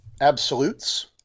absolutes